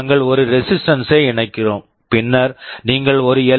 நாங்கள் ஒரு resistance resistance ஐ இணைக்கிறோம் பின்னர் நீங்கள் ஒரு எல்